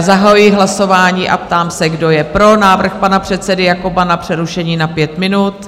Zahajuji hlasování a ptám se, kdo je pro návrh pana předsedy Jakoba na přerušení na pět minut?